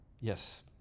Yes